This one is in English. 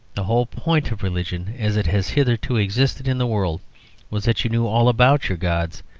the whole point of religion as it has hitherto existed in the world was that you knew all about your gods,